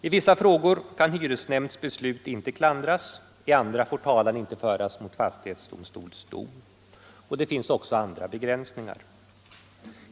I vissa frågor kan hyresnämnds beslut inte klandras, i andra får talan ej föras mot fastighetsdomstols dom. Det finns också andra begränsningar.